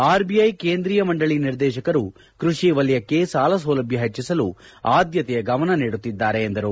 RBI ಕೇಂದ್ರೀಯ ಮಂಡಳಿ ನಿರ್ದೇಶಕರು ಕೃಷಿ ವಲಯಕ್ಕೆ ಸಾಲ ಸೌಲಭ್ಞ ಹೆಚ್ಚಿಸಲು ಆದ್ಭತೆಯ ಗಮನ ನೀಡುತ್ತಿದ್ದಾರೆ ಎಂದರು